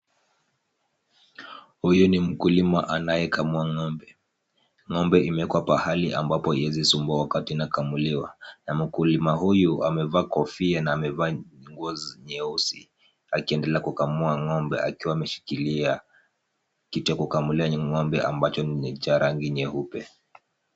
Huyu ni mkulima anayekamua ng'ombe. Ng'ombe imewekwa pahali ambapo haiwezi sumbua wakati inakamuliwa na mkulima huyu amevaa kofia na amevaa nguo nyeusi akiendelea kukamua ng'ombe akiwa ameshikilia kitu ya kukamulia ng'ombe ambacho ni cha rangi nyeupe.